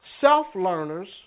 self-learners